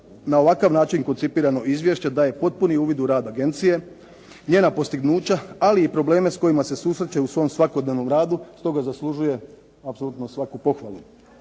na ovakav način koncipirano izvješće daje potpuni uvid u rad agencije, njena postignuća, ali i probleme s kojima se susreće u svom svakodnevnom radu, stoga zaslužuje apsolutno svaku pohvalu.